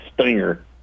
stinger